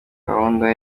gahunda